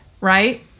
right